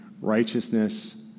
righteousness